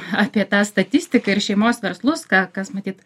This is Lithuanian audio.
apie tą statistiką ir šeimos verslus ką kas matyt